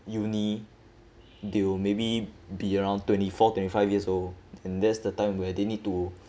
uni they'll maybe be around twenty four twenty five years old and that's the time where they need to